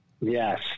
Yes